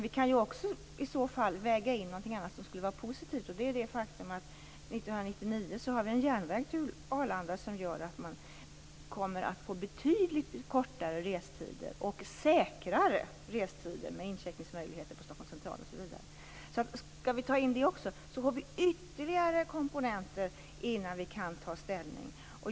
Vi kan i så fall också väga in någonting annat som skulle vara positivt, och det är det faktum att vi 1999 har en järnväg till Arlanda som gör att man kommer att få betydligt kortare och säkrare restider, med incheckningsmöjligheter på Stockholms central. Skall vi ta in det också får vi ytterligare komponenter innan vi kan ta ställning.